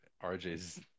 RJ's